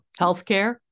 Healthcare